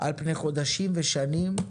על פני חודשים ושנים,